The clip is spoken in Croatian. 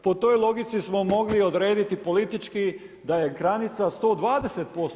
Po toj logici smo mogli odrediti politički da je granica 120%